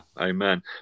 amen